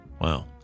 wow